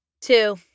two